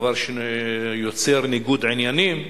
דבר שיוצר ניגודי עניינים,